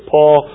Paul